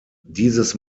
dieses